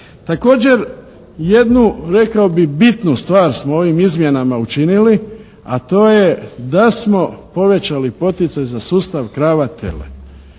Također, jednu rekao bih bitnu stvar smo ovim izmjenama učinili, a to je da smo povećali poticaj za sustav krava tele.